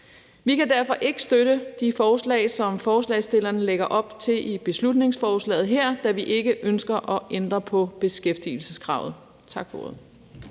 Vi kan derfor ikke støtte de forslag, som forslagsstillerne lægger op til i beslutningsforslaget her, da vi ikke ønsker at ændre på beskæftigelseskravet. Tak for ordet.